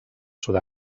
sud